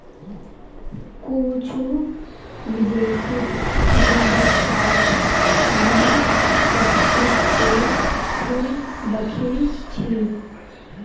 कुछू विदेशीर गुलदस्तात हामी शतपुष्पेर फूल दखिल छि